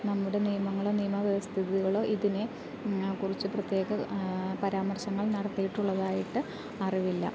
നമ്മുടെ നിയമങ്ങളോ നിയമ വ്യവസ്ഥിതികളോ ഇതിനെ കുറിച്ച് പ്രത്യേക പരാമർശങ്ങൾ നടത്തിയിട്ടുള്ളതായിട്ട് അറിവില്ല